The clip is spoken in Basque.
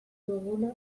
duguna